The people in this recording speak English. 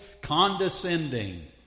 condescending